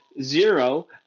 Zero